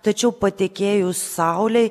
tačiau patekėjus saulei